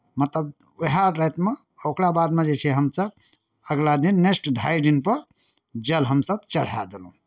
मतलब उएह रातिमे ओकरा बादमे जे छै हमसभ अगिला दिन नेक्स्ट ढाइ दिनपर जल हमसभ चढ़ाए देलहुँ